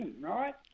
right